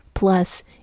Plus